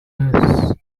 verse